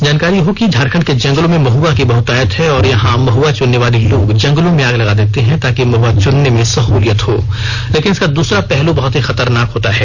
जानकारी हो कि झारखंड के जंगलों में महआ की बहतायत है और यहां महआ चुनने वाले लोग जंगलों में आग लगा देते हैं ताकि महुआ चुनने में सहूलियत हो लेकिन इसका दूसरा पहलू बहुत ही खतरनाक होता है